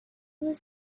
was